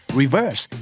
reverse